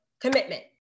commitment